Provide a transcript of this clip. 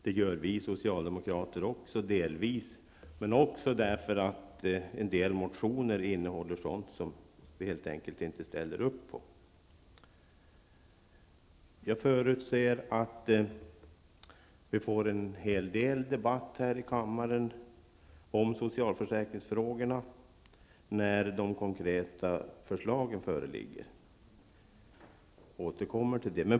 Det gör också vi socialdemokrater delvis, men en del motioner innehåller sådant som vi helt enkelt inte ställer upp på. Jag förutsätter att vi kommer att få en hel del diskussioner här i kammaren om socialförsäkringsfrågorna när de konkreta förslagen föreligger. Jag återkommer till det.